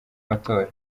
matora